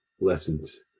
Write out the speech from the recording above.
lessons